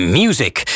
music